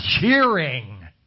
cheering